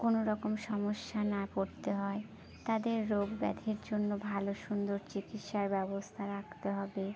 কোনো রকম সমস্যায় না পড়তে হয় তাদের রোগ ব্যাধির জন্য ভালো সুন্দর চিকিৎসার ব্যবস্থা রাখতে হবে